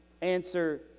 answer